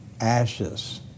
Ashes